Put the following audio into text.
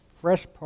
fresh